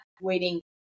waiting